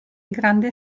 grande